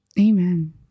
Amen